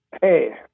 Hey